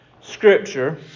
Scripture